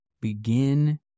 begin